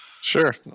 Sure